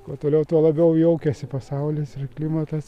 kuo toliau tuo labiau jaukiasi pasaulis ir klimatas